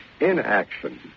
inaction